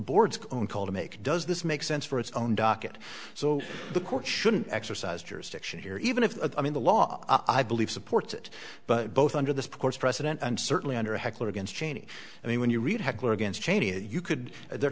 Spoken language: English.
board's own call to make does this make sense for its own docket so the court shouldn't exercise jurisdiction here even if i mean the law i believe supports it but both under the court's precedent and certainly under a heckler against cheney i mean when you read heckler against cheney you could they're